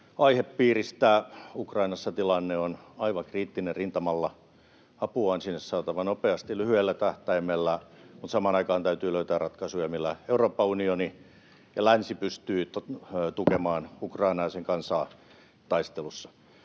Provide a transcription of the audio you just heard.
aihepiiristä. Ukrainassa tilanne on aivan kriittinen rintamalla. Apua on sinne saatava nopeasti lyhyellä tähtäimellä, mutta samaan aikaan täytyy löytää ratkaisuja, millä Euroopan unioni ja länsi pystyvät tukemaan Ukrainaa ja sen kansaa taistelussa.